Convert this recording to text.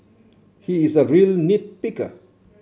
he is a real nit picker